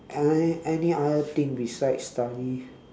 any any other thing besides study